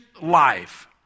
life